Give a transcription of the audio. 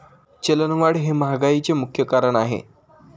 चलनवाढ हे महागाईचे मुख्य कारण आहे